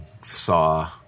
saw